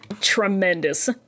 Tremendous